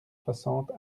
soixante